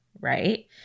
right